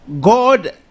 God